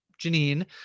janine